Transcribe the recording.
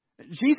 Jesus